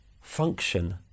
function